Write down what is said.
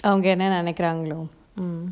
அவங்க என்ன நெனைக்கிறான்களோ:avanga enna nenaikkirankalo mm